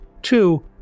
two